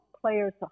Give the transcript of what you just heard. players